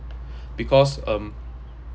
because um